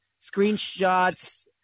screenshots